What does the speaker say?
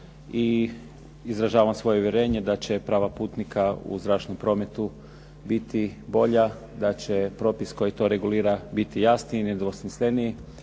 I izražavam svoje uvjerenje da će prava putnika u zračnom prometu biti bolja, da će propis koji to regulira biti jasniji i nedvosmisleniji.